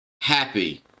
Happy